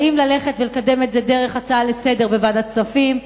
האם ללכת ולקדם את זה דרך הצעה לסדר-היום בוועדת הכספים,